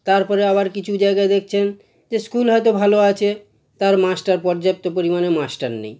তারপরে আবার কিছু জায়গায় দেখছেন যে স্কুল হয়তো ভালো আছে তার মাস্টার পর্যাপ্ত পরিমাণে মাস্টার নেই